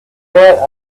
bet